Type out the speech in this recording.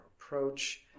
approach